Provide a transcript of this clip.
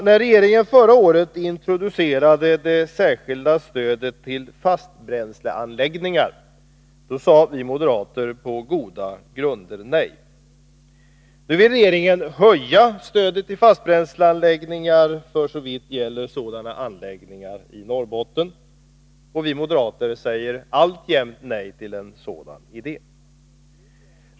När regeringen förra året introducerade det särskilda stödet till fastbränsleanläggningar sade vi moderater på goda grunder nej. Nu vill regeringen höja stödet till fastbränsleanläggningar, såvitt gäller sådana anläggningar i Norrbotten, och vi moderater säger alltjämt nej till en sådan idé.